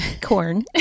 Corn